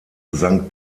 sankt